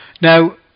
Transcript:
Now